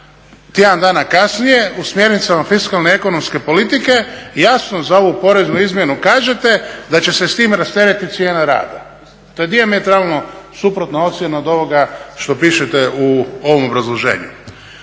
tjedan dana kasnije u smjernicama fiskalne ekonomske politike jasno za ovu poreznu izmjenu kažete da će se s tim rasteretiti cijena rada. To je dijametralno suprotna ocjena od ovoga što pišete u ovom obrazloženju.